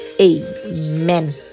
Amen